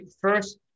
first